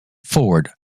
ford